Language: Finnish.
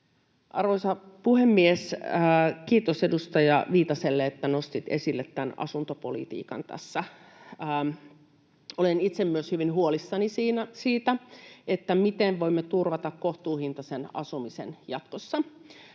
Arvoisa puhemies! Kiitos edustaja Viitaselle, että nostit esille tämän asuntopolitiikan tässä. Olen itse myös hyvin huolissani siitä, miten voimme turvata kohtuuhintaisen asumisen jatkossa.